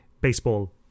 baseball